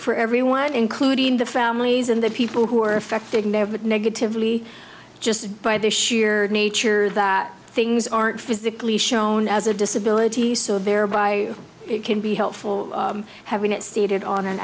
for everyone including the families and the people who are affecting there but negatively just by the sheer nature that things aren't physically shown as a disability so thereby it can be helpful having it stated on an